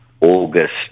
August